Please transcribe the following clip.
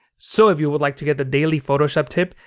so, if you would like to get the daily photoshop tip,